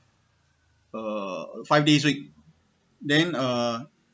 uh five days week then uh